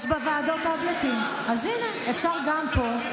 יש בוועדות טאבלטים, אז הינה, אפשר גם פה.